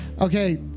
Okay